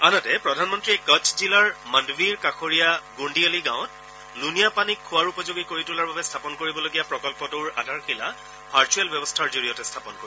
আনহাতে প্ৰধানমন্ত্ৰীয়ে কচ্ছ জিলাৰ মাণ্ডভীৰ কাষৰীয়া ণ্ডিয়ালী গাঁৱত লুণীয়া পানীক খোৱাৰ উপযোগী কৰি তোলাৰ বাবে স্থাপন কৰিবলগীয়া প্ৰকল্পটোৰ আধাৰশিলা ভাৰ্চুৱেল ব্যৱস্থাৰ জৰিয়তে স্থাপন কৰিব